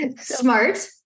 Smart